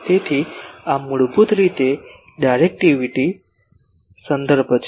તેથી આ મૂળભૂત રીતે ડાયરેક્ટિવિટી સંદર્ભ છે